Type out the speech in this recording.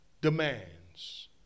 demands